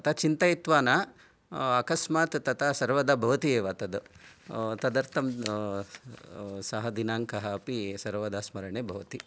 तथा चिन्तयित्वा न अकस्मात् तथा सर्वदा भवति एव तत् तदर्थं सः दिनाङ्कः अपि सर्वदा स्मरणे भवति